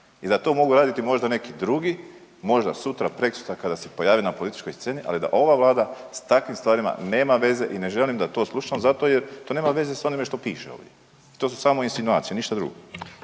i da to mogu raditi možda neki drugi, možda sutra, prekosutra kada se pojave na političkoj sceni, ali da ova Vlada s takvim stvarima nema veze i ne želim da to slušam zato jer to nema veze s onime što piše ovdje i to su samo insinuacije, ništa drugo.